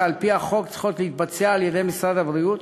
שעל-פי החוק צריכות להתבצע על-ידי משרד הבריאות